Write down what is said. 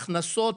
הכנסות